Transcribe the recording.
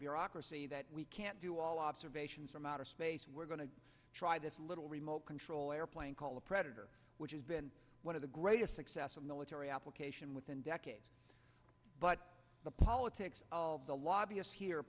bureaucracy that we can't do all observations from outer space we're going to try this little remote control airplane called the predator which has been one of the greatest success of military application with in decades but the politics of the lobbyist he